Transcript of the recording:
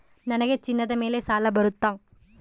ನನಗೆ ಚಿನ್ನದ ಮೇಲೆ ಸಾಲ ಬರುತ್ತಾ?